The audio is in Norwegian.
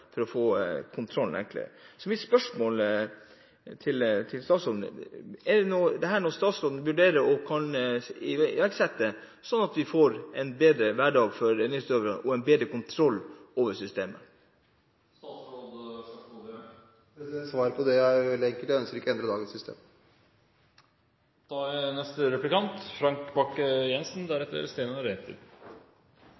for å få en enklere kontroll. Spørsmålet til statsråden er: Er dette noe statsråden vurderer å iverksette, sånn at vi får en bedre hverdag for reindriftsutøverne og en bedre kontroll med systemet? Svaret på det er veldig enkelt: Jeg ønsker ikke å endre dagens system. Statsråden sa i sitt tidligere innlegg at det var viktig at reindriftsnæringen ble behandlet som næring, og der er